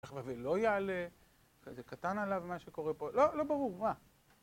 ולא יעלה, זה קטן עליו מה שקורה פה, לא, לא ברור, מה?